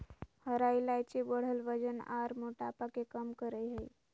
हरा इलायची बढ़ल वजन आर मोटापा के कम करई हई